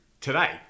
today